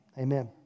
Amen